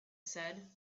said